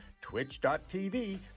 Twitch.tv